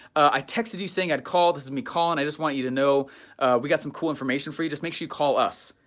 i texted you saying i had called. this is me calling. and i just want you to know we got some cool information for you, just make sure you call us,